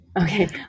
Okay